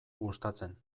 gustatzen